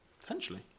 Potentially